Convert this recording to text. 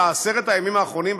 בעשרת הימים האחרונים,